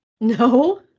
No